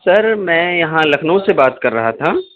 سر میں یہاں لکھنؤ سے بات کر رہا تھا